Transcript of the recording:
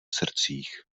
srdcích